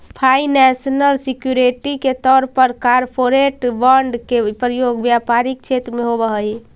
financial security के तौर पर कॉरपोरेट बॉन्ड के प्रयोग व्यापारिक क्षेत्र में होवऽ हई